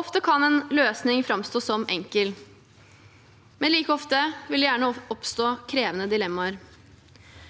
Ofte kan en løsning framstå som enkel, men like ofte vil det gjerne oppstå krevende dilemmaer.